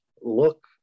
Look